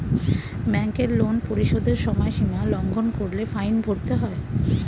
ব্যাংকের লোন পরিশোধের সময়সীমা লঙ্ঘন করলে ফাইন ভরতে হয়